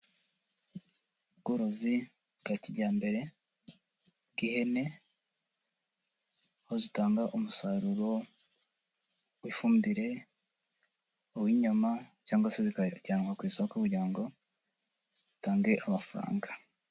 Ubworozi bwa kijyambere bw'ihene aho zitanga umusaruro w'ifumbire, uw'inyama cyangwa se zikajyanwa ku isoko kugira ngo zitange amafaranga.